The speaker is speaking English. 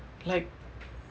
like